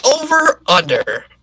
over-under